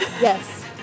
Yes